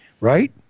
right